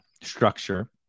structure